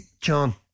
John